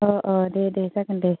अ अ दे दे जागोन दे